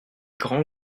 grands